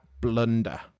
blunder